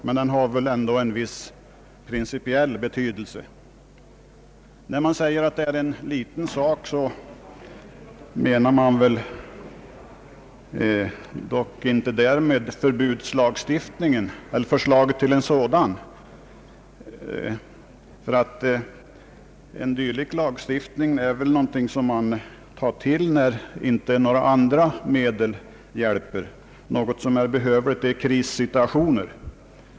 Men den har ändå en viss principiell betydelse. När man säger att det är en liten fråga, menar man väl dock inte därmed förslaget till förbudslagstiftning, ty en dylik lagstiftning är ju någonting som tas till när inte några andra medel hjälper, något som är behövligt i krissituationer.